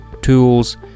tools